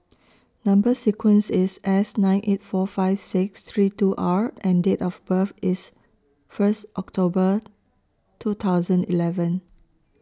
Number sequence IS S nine eight four five six three two R and Date of birth IS First October two thousand eleven